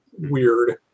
weird